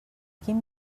quin